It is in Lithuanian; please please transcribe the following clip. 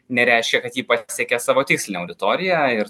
nereiškia kad ji pasiekė savo tikslinę auditoriją ir